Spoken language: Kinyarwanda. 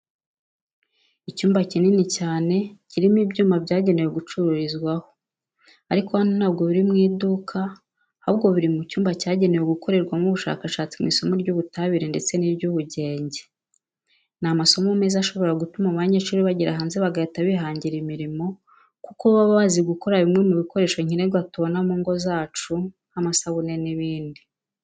Icyumba kinini cyane kirimo ibyuma byagenewe gucururizwaho, ariko hano ntabwo biri mu iduka ahubwo biri mu cyumba cyagenewe gukorerwamo ubushakatsi mu isomo ry'ubutabire ndetse n'iry'ubugenge. Ni amasomo meza ashobora gutuma abanyeshuri bagera hanze bagahita bihangira imirimo kuko baba bazi gukora bimwe mu bikoresho nkenerwa tubona mu ngo zacu nk'amasabune n'ibindi.